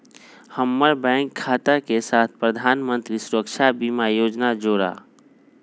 हम्मर बैंक खाता के साथ प्रधानमंत्री सुरक्षा बीमा योजना जोड़ा